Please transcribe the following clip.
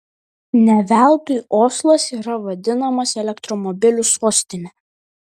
ne veltui oslas yra vadinamas elektromobilių sostine